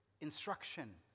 instruction